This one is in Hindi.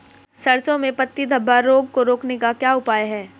सरसों में पत्ती धब्बा रोग को रोकने का क्या उपाय है?